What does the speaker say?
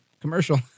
commercial